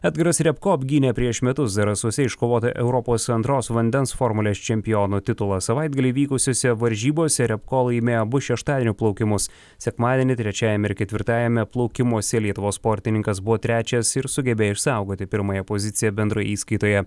edgaras riabko apgynė prieš metus zarasuose iškovotą europos antros vandens formulės čempiono titulą savaitgalį vykusiose varžybose riabko laimėjo abu šeštadienio plaukimus sekmadienį trečiajame ir ketvirtajame plaukimuose lietuvos sportininkas buvo trečias ir sugebėjo išsaugoti pirmąją poziciją bendroje įskaitoje